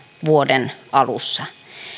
vuoden alussa